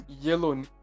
Yellow